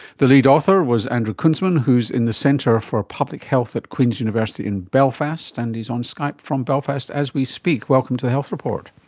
the lead author was andrew kunzmann, who's in the centre for public health at queen's university in belfast and is on skype from belfast as we speak. welcome to the health report.